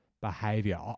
behavior